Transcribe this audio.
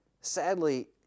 Sadly